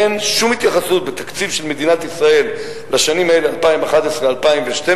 אין שום התייחסות בתקציב של מדינת ישראל לשנים 2011 2012,